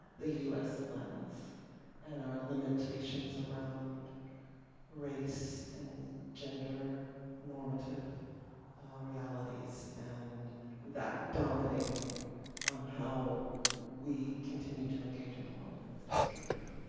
the us lens and our limitations around race and gender normative realities and that dominating um how we continue to engage in the world, and it's destructive.